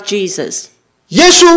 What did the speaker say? Jesus